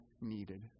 needed